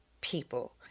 people